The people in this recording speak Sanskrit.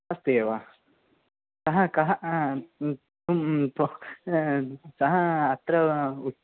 अस्तु एव सः कः सः अत्र